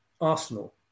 Arsenal